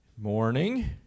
Morning